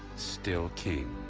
still king!